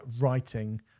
writing